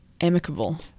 amicable